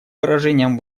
выражением